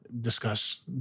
discuss